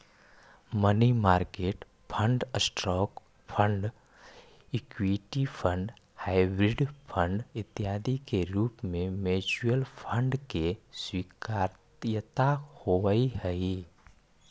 money market fund, stock fund, equity fund, hybrid fund इत्यादि के रूप में म्यूचुअल फंड के स्वीकार्यता होवऽ हई